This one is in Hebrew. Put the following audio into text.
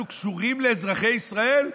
אנחנו קשורים לאזרחי ישראל?